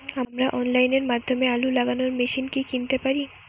আমরা অনলাইনের মাধ্যমে আলু লাগানো মেশিন কি কিনতে পারি?